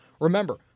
Remember